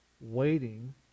Waiting